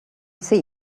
see